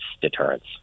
deterrence